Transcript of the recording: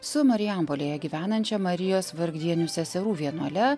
su marijampolėje gyvenančia marijos vargdienių seserų vienuole